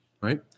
Right